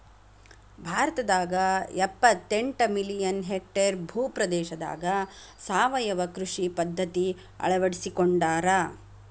ಭಾರತದಾಗ ಎಪ್ಪತೆಂಟ million hectare ಭೂ ಪ್ರದೇಶದಾಗ ಸಾವಯವ ಕೃಷಿ ಪದ್ಧತಿ ಅಳ್ವಡಿಸಿಕೊಂಡಾರ